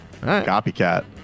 Copycat